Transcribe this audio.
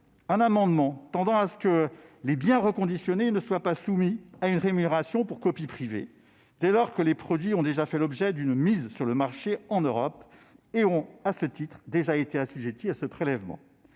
un amendement tendant à ce que les biens reconditionnés ne soient pas soumis à une rémunération pour copie privée, dès lors que les produits ont déjà fait l'objet d'une mise sur le marché en Europe et ont déjà, à ce titre, été assujettis à ce prélèvement.